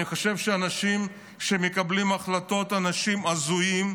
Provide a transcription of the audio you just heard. אני חושב שהאנשים שמקבלים החלטות הם אנשים הזויים,